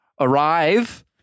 arrive